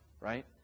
right